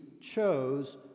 chose